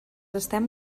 estem